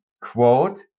Quote